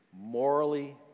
morally